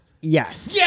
Yes